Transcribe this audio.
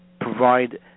provide